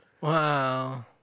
Wow